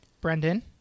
Brendan